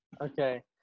Okay